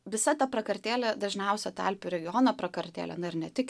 visa ta prakartėlė dažniausia ta alpių regiono prakartėlė na ir ne tik